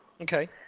Okay